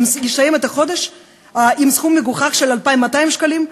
יסיים את החודש עם סכום מגוחך של 2,200 שקלים,